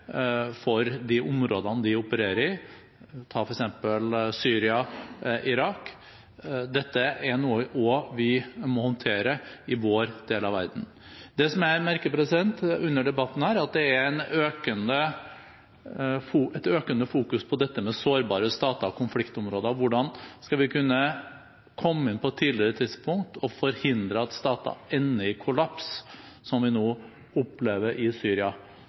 for de områdene de opererer i – ta f.eks. Syria og Irak. Dette er noe vi også må håndtere i vår del av verden. Det som jeg merker under debatten her, er at det er et økende fokus på dette med sårbare stater og konfliktområder og hvordan vi på et tidligere tidspunkt skal kunne komme inn og forhindre at stater ender i kollaps, som vi nå opplever i Syria.